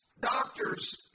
Doctors